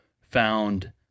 found